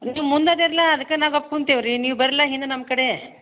ನೀವು ಮುಂದೆ ಅದಿರ್ಲ ಅದಕ್ಕೆ ನಾವು ಕುಂತೀವಿ ರೀ ನೀವು ಬರ್ಲ ಹಿಂದೆ ನಮ್ಕಡೆ